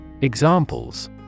Examples